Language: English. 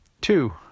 Two